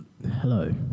Hello